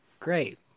Great